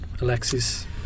Alexis